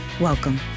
Welcome